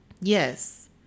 Yes